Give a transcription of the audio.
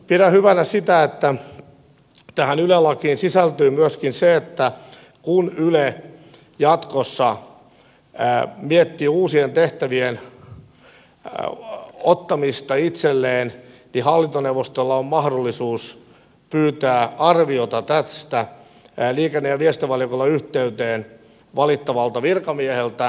pidän hyvänä sitä että tähän yle lakiin sisältyy myöskin se että kun yle jatkossa miettii uusien tehtävien ottamista itselleen niin hallintoneuvostolla on mahdollisuus pyytää arviota tästä liikenne ja viestintävaliokunnan yhteyteen valittavalta virkamieheltä